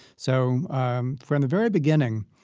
so um from the very beginning,